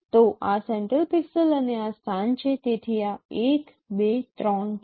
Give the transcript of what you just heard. તો આ central pixel અને આ સ્થાન છે તેથી આ 1 2 3 છે